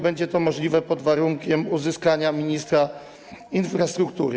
Będzie to możliwe pod warunkiem uzyskania zgody ministra infrastruktury.